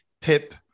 Pip